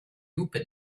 lupe